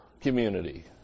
community